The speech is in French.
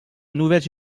nouvelle